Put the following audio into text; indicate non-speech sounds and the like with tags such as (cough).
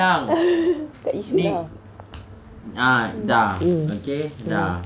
(laughs) tak issue lah hmm hmm